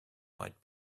might